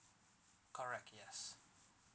correct yes